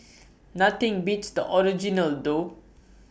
nothing beats the original though